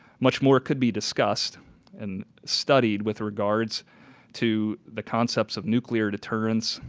much more could be discussed and studied with regards to the concepts of nuclear deterrence,